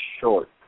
short